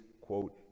quote